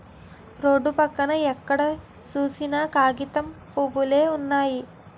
road పక్కన ఎక్కడ సూసినా కాగితం పూవులే వున్నయి